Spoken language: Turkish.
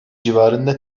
civarında